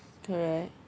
correct